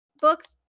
books